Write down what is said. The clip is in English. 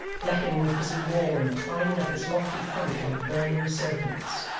blackening the prison-wall, and twining up its loftly front like burning serpents.